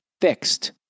fixed